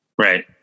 right